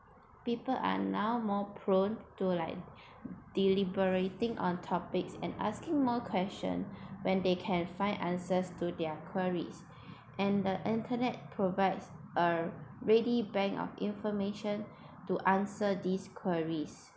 people are now more prone to like deliberating on topics and asking more questions when they can find answers to their queries and the internet provides are ready bank of information to answer these queries